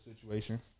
situation